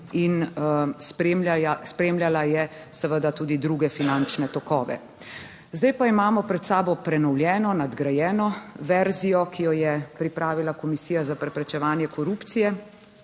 spremljala je seveda tudi druge finančne tokove. Zdaj pa imamo pred sabo prenovljeno, nadgrajeno verzijo, ki jo je pripravila Komisija za preprečevanje korupcije.